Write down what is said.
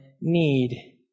need